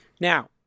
Now